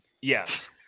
Yes